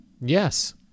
Yes